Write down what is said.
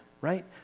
right